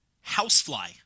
housefly